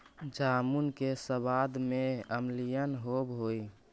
जामुन के सबाद में अम्लीयन होब हई